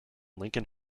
lincoln